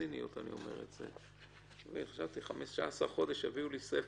בציניות חשבתי שאחרי 15 חודש יביאו לי ספר.